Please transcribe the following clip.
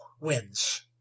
Wins